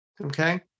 okay